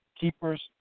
keepers